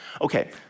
Okay